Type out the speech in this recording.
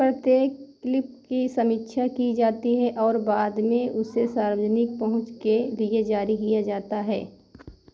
प्रत्येक क्लिप की समीक्षा की जाती है और बाद में उसे सार्वजनिक पहुँच के लिए जारी किया जाता है